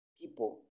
people